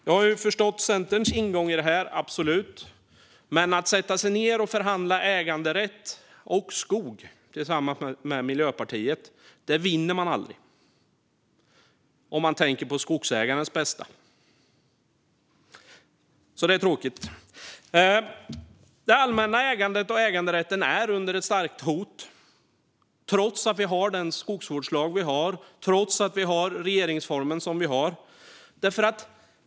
Jag har förstått Centerns ingång här - absolut. Men om man sätter sig ned och förhandlar om äganderätt och skog tillsammans med Miljöpartiet vinner man aldrig, om man tänker på skogsägarens bästa. Det är tråkigt. Det allmänna ägandet och äganderätten är under starkt hot trots att vi har den skogsvårdslag vi har och trots att vi har den regeringsform vi har.